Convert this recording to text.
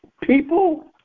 people